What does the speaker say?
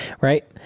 right